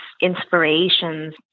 inspirations